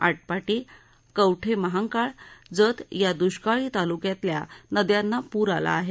आटपाडी कवठेमहांकाळ जत या दष्काळी तालुक्यातल्या नयांना पूर आला आहे